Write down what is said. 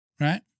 Right